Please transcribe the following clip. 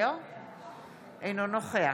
השר מאיר כהן.